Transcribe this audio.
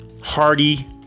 Hardy